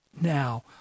now